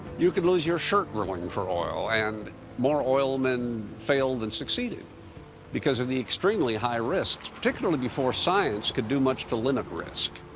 you could lose your shirt drilling for oil and more oilmen failed than succeeded because of the extremely high risk, particularly before science could do much to limit risk.